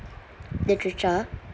literature